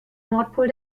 nordpol